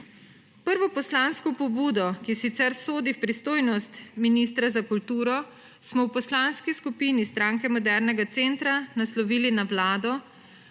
Prvo poslansko pobudo, ki sicer sodi v pristojnost ministra za kulturo, smo v Poslanski skupini Stranke modernega centra naslovili na Vlado